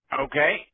Okay